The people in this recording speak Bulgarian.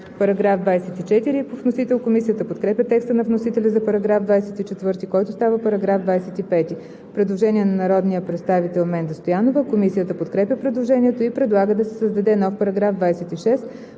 добавя „и чл. 722а“.“ Комисията подкрепя текста на вносителя за § 24, който става § 25. Предложение на народния представител Менда Стоянова. Комисията подкрепя предложението и предлага да се създаде нов § 26: „§ 26.